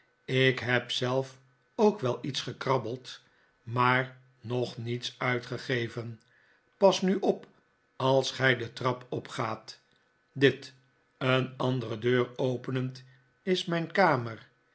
ik heb zelf ook wel iets gekrabbeld maar nog niets uitgegeven pas nu op als gij de trap opgaat dit een andere deur openend is mijn kamer